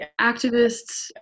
activists